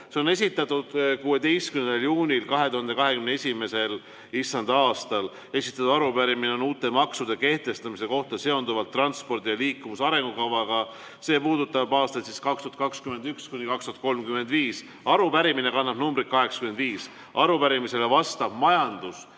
See on esitatud 16. juunil 2021. issanda aastal. Esitatud arupärimine on uute maksude kehtestamise kohta seonduvalt transpordi ja liikuvuse arengukavaga, see puudutab aastaid 2021–2035. Arupärimine kannab numbrit 85. Arupärimisele vastab majandus-